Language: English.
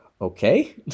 okay